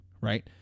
right